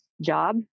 job